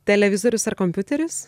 televizorius ar kompiuteris